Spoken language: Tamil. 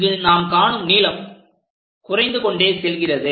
இங்கு நாம் காணும் நீளம் குறைந்து கொண்டே செல்கிறது